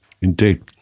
Indeed